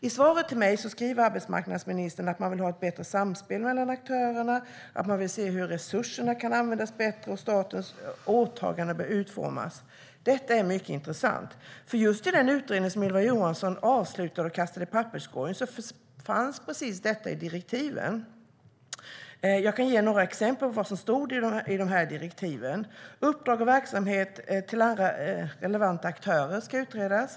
I svaret till mig säger arbetsmarknadsministern att man vill ha ett bättre samspel mellan aktörerna, att man vill se hur resurserna kan användas bättre och att man behöver analysera hur statens åtaganden bör utformas. Detta är mycket intressant, för precis detta fanns i direktiven till den utredning som Ylva Johansson avslutade och kastade i papperskorgen. Jag kan ge några exempel på vad som stod i direktiven. Uppdrag och verksamhet i relation till andra relevanta aktörer skulle utredas.